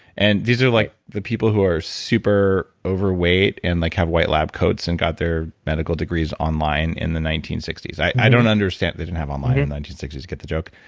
and these are like the people who are super overweight and like have white lab coats and got their medical degrees online in the nineteen sixty s. i don't understand. they didn't have online in nineteen sixty s, get the joke